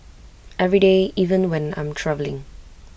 every day even when I'm travelling